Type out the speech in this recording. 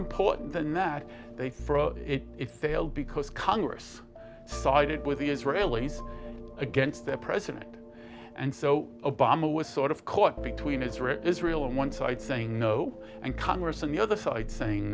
important than that they froze it failed because congress sided with the israelis against the president and so obama was sort of caught between israel and israel on one side saying no and congress and the other side saying